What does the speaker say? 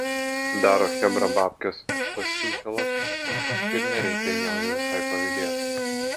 daro chebra babkes iš tos čiūčelos ir nereikia jiems visai pavydėt